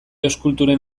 eskulturen